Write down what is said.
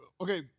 okay